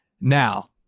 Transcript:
Now